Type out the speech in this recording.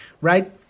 right